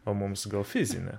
o mums gal fizinė